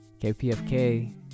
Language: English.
KPFK